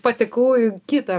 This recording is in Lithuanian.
patekau į kitą